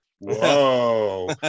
Whoa